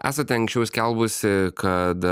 esate anksčiau skelbusi kad